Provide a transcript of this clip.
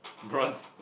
bronze